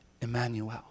Emmanuel